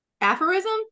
aphorism